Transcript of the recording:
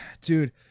Dude